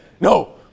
No